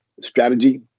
strategy